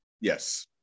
yes